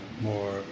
more